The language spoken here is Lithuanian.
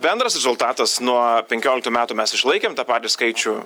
bendras rezultatas nuo penkioliktų metų mes išlaikėm tą patį skaičių